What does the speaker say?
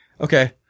Okay